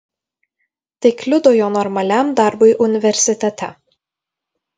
tai kliudo jo normaliam darbui universitete